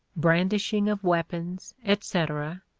brandishing of weapons, etc,